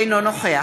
אינו נוכח